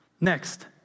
Next